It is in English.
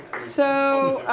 so.